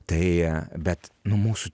tai bet nu mūsų